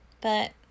but